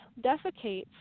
defecates